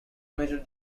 major